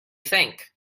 think